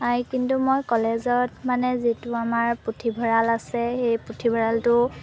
নাই কিন্তু মই কলেজত মানে যিটো আমাৰ পুথিভঁৰাল আছে সেই পুথিভঁৰালটো